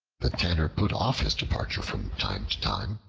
the tanner put off his departure from time to time,